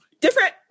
different